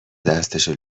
دستشو